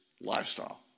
lifestyle